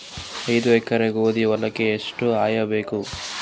ಐದ ಎಕರಿ ಗೋಧಿ ಹೊಲಕ್ಕ ಎಷ್ಟ ಯೂರಿಯಹಾಕಬೆಕ್ರಿ?